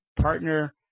partner